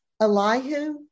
Elihu